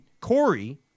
Corey